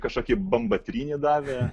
kažkokį bambatrynį davė